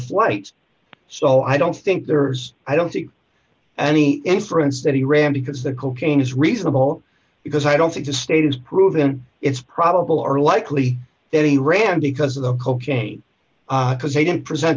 flight so i don't think there's i don't see any inference that he ran because the cocaine is reasonable because i don't think the state has proven it's probable or likely that he ran because of the cocaine because he didn't present